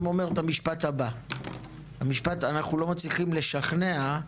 אומר את המשפט הבא אנחנו לא מצליחים לשכנע,